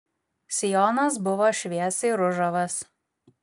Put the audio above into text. sijonas buvo šviesiai ružavas